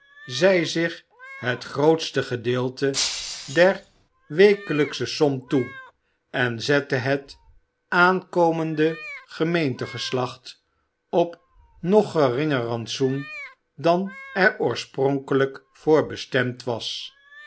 zij zich het grootste gedeelte der wekelijksche som toe en zette het aankomende gemeente geslacht op nog geringer rantsoen dan er oorspronkelijk voor bestemd was